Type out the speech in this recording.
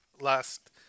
last